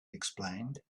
explained